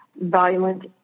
violent